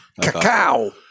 Cacao